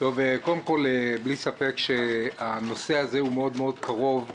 קודם כל, ללא ספק הנושא הזה קרוב ללבנו,